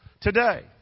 today